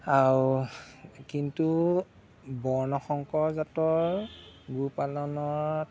আৰু কিন্তু বৰ্ণ সংকৰ জাতৰ গো পালনত